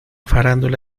farándula